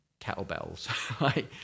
kettlebells